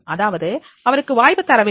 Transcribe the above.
அதாவது அவருக்கு வாய்ப்பு தர வேண்டும்